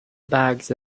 bags